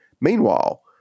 Meanwhile